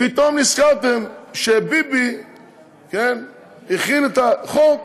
פתאום נזכרתם שביבי הכין את החוק